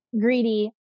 greedy